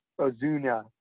Ozuna